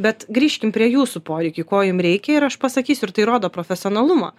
bet grįžkim prie jūsų poreikių ko jum reikia ir aš pasakysiu ir tai rodo profesionalumą